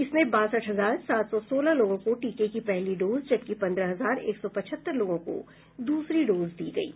इसमें बासठ हजार सात सौ सोलह लोगों को टीके की पहली डोज जबकि पन्द्रह हजार एक सौ पचहत्तर लोगों को दूसरी डोज दी गयी